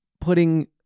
putting